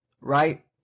right